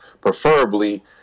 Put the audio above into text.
Preferably